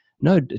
no